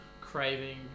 craving